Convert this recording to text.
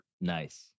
Nice